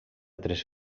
tres